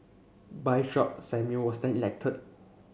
Bishop Samuel was then elected